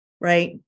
Right